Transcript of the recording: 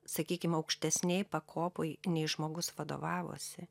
sakykim aukštesnėj pakopoj nei žmogus vadovavosi